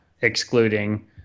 Excluding